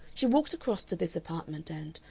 she walked across to this apartment and,